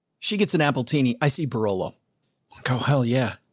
she gets an appletini. i see. barolo go. hell. yeah.